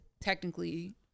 technically